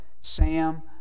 Sam